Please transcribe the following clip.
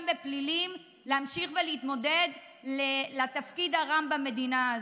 בפלילים להמשיך ולהתמודד לתפקיד הרם במדינה הזאת.